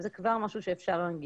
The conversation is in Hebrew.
וזה כבר משהו שאפשר להנגיש.